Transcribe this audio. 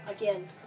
again